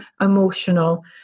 emotional